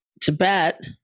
Tibet